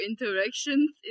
interactions